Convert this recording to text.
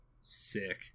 Sick